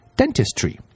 dentistry